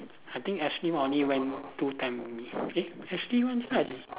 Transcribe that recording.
I think Ashley one I only went two time only eh Ashley not inside